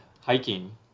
hiking